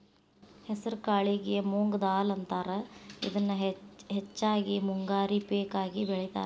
ಹೆಸರಕಾಳಿಗೆ ಮೊಂಗ್ ದಾಲ್ ಅಂತಾರ, ಇದನ್ನ ಹೆಚ್ಚಾಗಿ ಮುಂಗಾರಿ ಪೇಕ ಆಗಿ ಬೆಳೇತಾರ